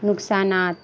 نقصانات